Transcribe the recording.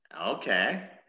Okay